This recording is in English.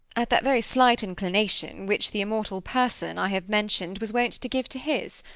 at that very slight inclination which the immortal person i have mentioned was wont to give to his.